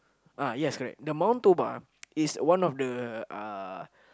ah yes correct the Mount-Toba is one of the uh